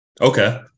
Okay